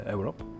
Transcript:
Europe